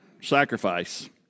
sacrifice